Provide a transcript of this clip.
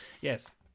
Yes